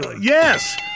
Yes